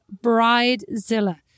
Bridezilla